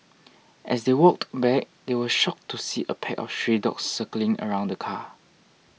as they walked back they were shocked to see a pack of stray dogs circling around the car